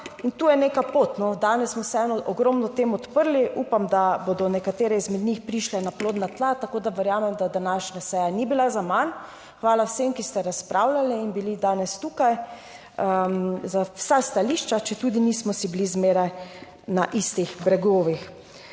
In to je neka pot. Danes smo vseeno ogromno tem odprli. Upam, da bodo nekatere izmed njih prišle na plodna tla, tako da verjamem, da današnja seja ni bila zaman. Hvala vsem, ki ste razpravljali in bili danes tukaj, za vsa stališča, četudi nismo si bili zmeraj na istih bregovih.